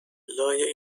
لای